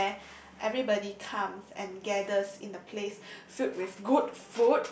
where everybody comes and gathers in a place filled with good